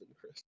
Chris